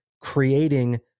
creating